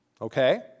okay